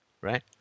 right